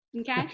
Okay